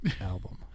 album